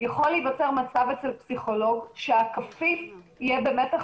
יכול להיווצר מצב אצל פסיכולוג שהכפיף יהיה במתח